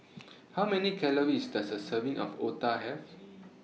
How Many Calories Does A Serving of Otah Have